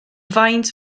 faint